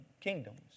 kingdoms